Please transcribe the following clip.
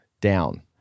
down